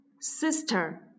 sister